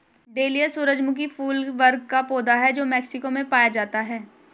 dahlia सूरजमुखी फूल वर्ग का पौधा है जो मेक्सिको में पाया जाता है